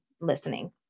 listening